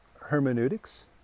hermeneutics